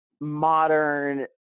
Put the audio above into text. modern